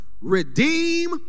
Redeem